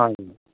हजुर